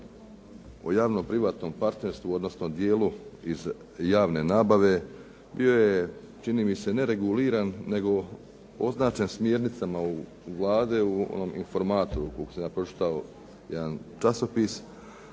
u javno-privatnom partnerstvu odnosno dijelu iz javne nabave bio je čini mi se ne reguliran nego označen smjernicama u, Vlade u onom Informatoru koliko sam ja pročitao jedan časopis.